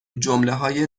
جملههای